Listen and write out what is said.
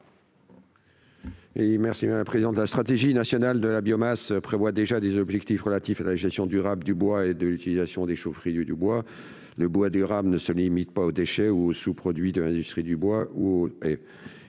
stratégie nationale de mobilisation de la biomasse prévoit déjà des objectifs relatifs à la gestion durable du bois et à l'utilisation des chaufferies au bois. Le bois « durable » ne se limite pas aux déchets ni aux sous-produits de l'industrie du bois.